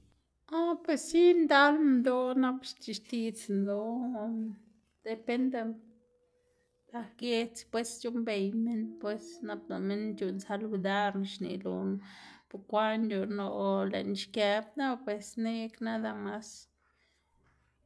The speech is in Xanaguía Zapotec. Ah pues si ndal minndoꞌ nap xc̲h̲ixtiꞌdzná lo o depende ba giedz pues c̲h̲uꞌnnbeyná minn, pues nap lëꞌ minn c̲h̲uꞌnn saludarná, xneꞌ loná bukwaꞌn c̲h̲uꞌnn‑ná o lëꞌná xkëb no pues neꞌg nada mas.